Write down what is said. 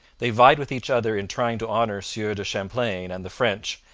they vied with each other in trying to honour sieur de champlain and the french,